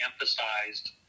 emphasized